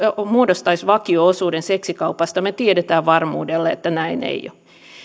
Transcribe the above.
muodostaisi vakio osuuden seksikaupasta me tiedämme varmuudella että näin ei ole